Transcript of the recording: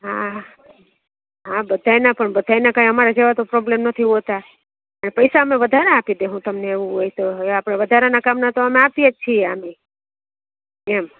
હા હા બધાયનાં પણ બધાયનાં કાંઈ અમારા જેવા તો પ્રોબ્લેમ નથી હોતા અને પૈસા અમે વધારે આપી દઈશું તમને એવું હોય તો આપણે વધારાનાં કામના તો અમે આપીએ છીએ આમેય એમ